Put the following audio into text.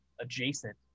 adjacent